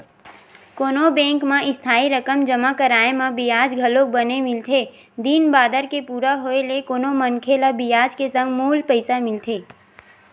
कोनो बेंक म इस्थाई रकम जमा कराय म बियाज घलोक बने मिलथे दिन बादर के पूरा होय ले कोनो मनखे ल बियाज के संग मूल पइसा मिलथे